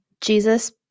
Jesus